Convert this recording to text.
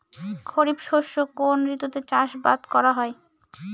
খরিফ শস্য কোন ঋতুতে চাষাবাদ করা হয়?